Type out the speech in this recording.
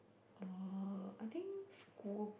oh I think school